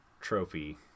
trophy